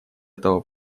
этого